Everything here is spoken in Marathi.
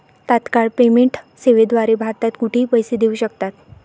तत्काळ पेमेंट सेवेद्वारे भारतात कुठेही पैसे देऊ शकतात